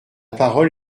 parole